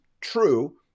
true